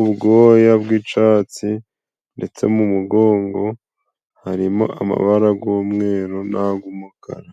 ubwoya bw'icatsi ndetse mu'umugongo harimo amabara g'umweru n' ag' umukara.